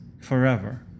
forever